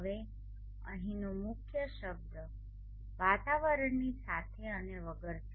હવે અહીંનો મુખ્ય શબ્દ વાતાવરણની સાથે અને વગર છે